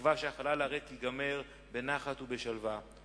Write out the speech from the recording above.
תקווה שהחלל הריק ייגמר בנחת ובשלווה.